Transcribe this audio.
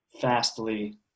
fastly